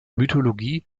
mythologie